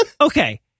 Okay